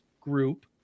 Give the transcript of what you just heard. group